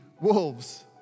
wolves